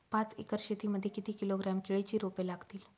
पाच एकर शेती मध्ये किती किलोग्रॅम केळीची रोपे लागतील?